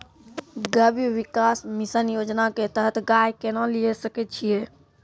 गव्य विकास मिसन योजना के तहत गाय केना लिये सकय छियै?